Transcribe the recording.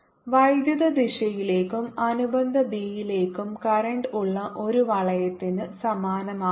വൈദ്യുത ദിശയിലേക്കും അനുബന്ധ ബിയിലേക്കും കറന്റ് ഉള്ള ഒരു വളയത്തിന് സമാനമാക്കുക